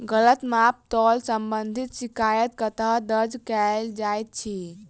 गलत माप तोल संबंधी शिकायत कतह दर्ज कैल जाइत अछि?